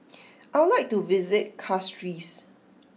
I would like to visit Castries